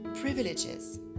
privileges